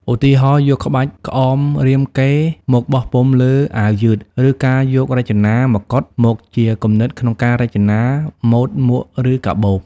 ឧទាហរណ៍ យកក្បាច់ក្អមរាមកេរ្តិ៍មកបោះពុម្ពលើអាវយឺត ឬយកការរចនាមកុដមកជាគំនិតក្នុងការរចនាម៉ូដមួកឬកាបូប។